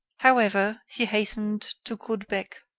however, he hastened to caudebec.